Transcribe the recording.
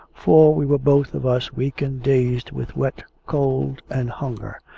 for we were both of us weak and dazed with wet, cold, and hunger.